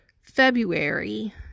February